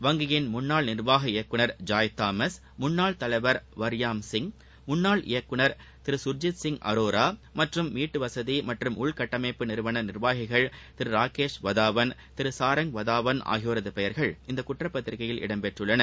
வங்கியிள் முன்னாள் நிர்வாக இயக்குநர் ஜாய் தாமஸ் முன்னாள் தலைவர் வாயாம் சிங் முன்னாள் இயக்குநர் திரு கர்ஜித் சிங் அரோரா மற்றும் வீட்டுவசதி மற்றும் அடிப்படை கட்டமைப்பு நிறுவன நிர்வாகிகள் திரு ராகேஷ் வர்தாவன் திரு சாரங் வர்தாவன் ஆகியோரது பெயர்கள் இந்த குற்றப்பத்திரிகையில் இடம்பெற்றுள்ளன